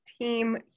team